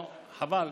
חבל,